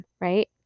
right